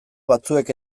batzuek